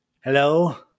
hello